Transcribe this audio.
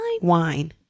Wine